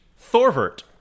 Thorvert